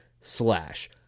slash